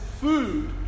food